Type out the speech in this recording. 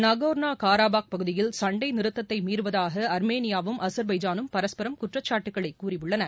Nagorno Karabakh பகுதியில் சண்டை நிறுத்தத்தை மீறுவதாக ஆர்மேனியாவும் அஜர்பைஜானும் பரஸ்பரம் குற்றச்சாட்டுக்களை கூறியுள்ளன